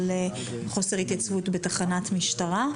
על חוסר התייצבות בתחנת משטרה.